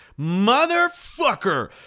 motherfucker